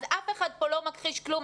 אז אף אחד פה לא מכחיש כלום.